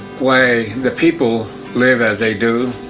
why the people live as they do,